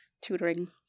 tutoring